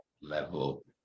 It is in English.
level